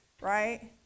right